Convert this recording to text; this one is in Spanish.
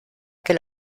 que